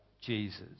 Jesus